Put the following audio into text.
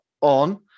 on